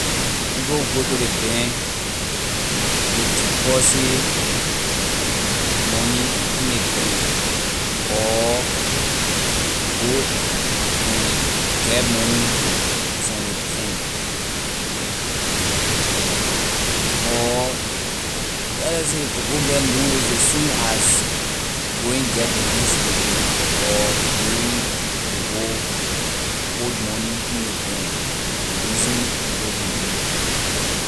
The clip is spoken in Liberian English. People go to ley bank to deposit money in ley bank or to go and get money from ley bank or let just say to go get loan is ley same as going get money from ley bank or going to go put money in the bank la ley reason people can go to bank.